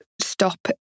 stop